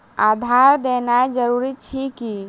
आधार देनाय जरूरी अछि की?